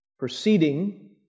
Proceeding